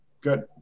Good